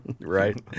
right